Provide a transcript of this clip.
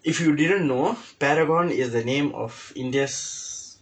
if you didn't know paragon is the name of India's